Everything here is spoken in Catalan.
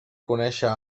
conèixer